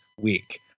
week